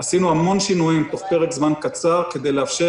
עשינו המון שינויים תוך פרק זמן קצר כדי לאפשר